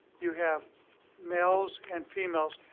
you have males and females.